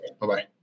Bye-bye